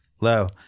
low